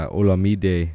Olamide